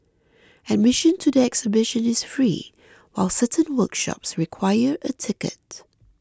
admission to the exhibition is free while certain workshops require a ticket